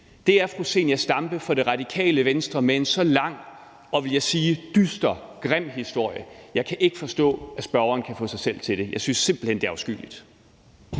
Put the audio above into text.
Det er fru Zenia Stampe for Radikale Venstre, der har en så lang og, vil jeg sige, dyster og grim historie. Jeg kan ikke forstå, at spørgeren kan få sig selv til det. Jeg synes simpelt hen, det er afskyeligt.